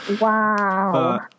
wow